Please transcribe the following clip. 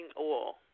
oil